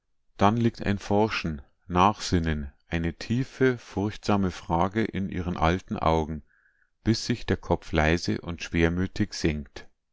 dann liegt ein forschen nachsinnen eine tiefe furchtsame frage in ihren alten augen bis sich der kopf leise und schwermütig senkt